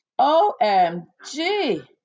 OMG